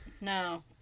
No